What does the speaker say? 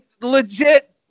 legit